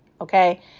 okay